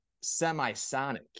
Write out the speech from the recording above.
semi-sonic